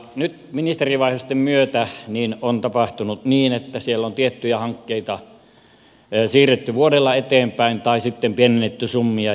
nyt ministerivaihdosten myötä on tapahtunut niin että siellä on tiettyjä hankkeita siirretty vuodella eteenpäin tai sitten pienennetty summia